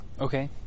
Okay